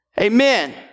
Amen